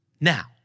Now